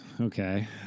Okay